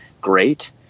great